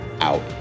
out